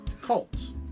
Cults